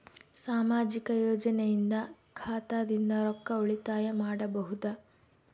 ಸಾಮಾಜಿಕ ಯೋಜನೆಯಿಂದ ಖಾತಾದಿಂದ ರೊಕ್ಕ ಉಳಿತಾಯ ಮಾಡಬಹುದ?